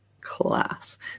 class